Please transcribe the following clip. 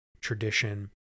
tradition